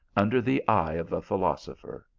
under the eye of a philosopher!